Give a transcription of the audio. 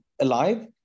alive